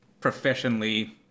professionally